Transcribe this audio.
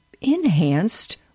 enhanced